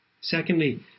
Secondly